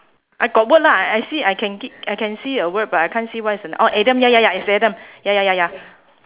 I got word lah I I see I can I can see a word but I can't see what's the oh adam ya ya ya is adam ya ya ya ya